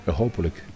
hopelijk